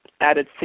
added